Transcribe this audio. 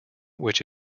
which